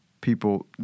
People